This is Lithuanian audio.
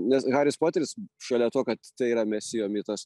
nes haris poteris šalia to kad tai yra mesijo mitas